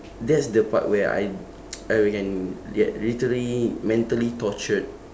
that's the part where I I can get literally mentally tortured